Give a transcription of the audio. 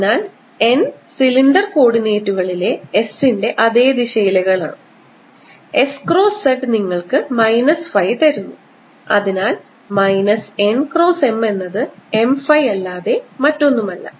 അതിനാൽ n cylinder കോർഡിനേറ്റുകളിലെ S ന്റെ അതേ ദിശയിലാണ് S ക്രോസ് z നിങ്ങൾക്ക് മൈനസ് ഫൈ നൽകുന്നു അതിനാൽ മൈനസ് n ക്രോസ് M എന്നത് M ഫൈ അല്ലാതെ മറ്റൊന്നുമല്ല